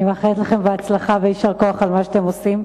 אני מאחלת לכם בהצלחה ויישר כוח על מה שאתם עושים.